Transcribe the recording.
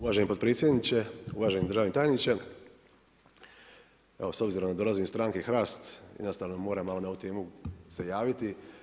Uvaženi potpredsjedniče, uvaženi državni tajniče evo s obzirom da dolazim iz stranke HRAST jednostavno moram malo na ovu temu se javiti.